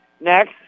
next